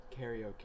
karaoke